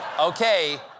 Okay